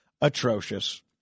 atrocious